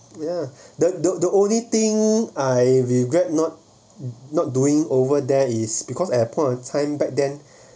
ya the the the only thing I regret not not doing over there is because at that point of time back then